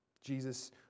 Jesus